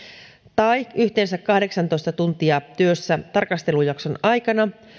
tai yhteensä kahdeksantoista tuntia työssä tarkastelujakson aikana